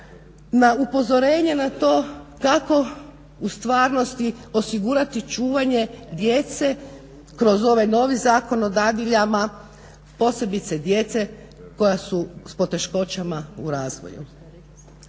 na upozorenje na to kako u stvarnosti osigurati čuvanje djece kroz ovaj novi Zakon o dadiljama, posebice djece koja su s poteškoćama u razvoju.